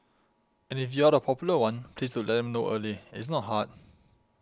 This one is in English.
and if you're the popular one please do let them know early it's not hard